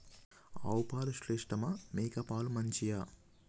ఆవు పాలు శ్రేష్టమా మేక పాలు మంచియా?